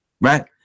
right